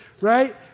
right